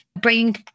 bringing